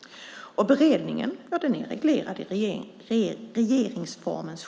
Beredningen är reglerad i 7 kap. regeringsformen.